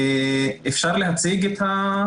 אנחנו מדברים על תכנית הכוכבים,